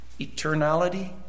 eternality